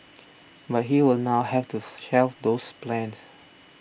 but he will now have to shelve those plans